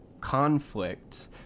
conflict